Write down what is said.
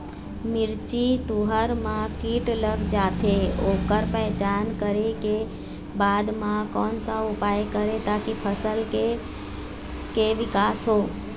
मिर्ची, तुंहर मा कीट लग जाथे ओकर पहचान करें के बाद मा कोन सा उपाय करें ताकि फसल के के विकास हो?